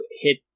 hit